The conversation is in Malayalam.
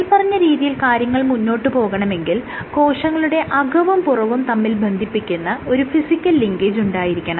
മേല്പറഞ്ഞ രീതിയിൽ കാര്യങ്ങൾ മുന്നോട്ട് പോകണമെങ്കിൽ കോശങ്ങളുടെ അകവും പുറവും തമ്മിൽ ബന്ധിപ്പിക്കുന്ന ഒരു ഫിസിക്കൽ ലിങ്കേജ് ഉണ്ടായിരിക്കണം